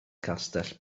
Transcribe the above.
gastell